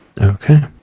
Okay